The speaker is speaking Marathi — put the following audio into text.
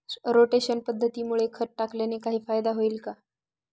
रोटेशन पद्धतीमुळे खत टाकल्याने काही फायदा होईल का?